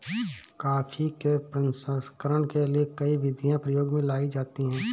coffee के प्रसंस्करण के लिए कई विधियां प्रयोग में लाई जाती हैं